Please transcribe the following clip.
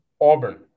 Auburn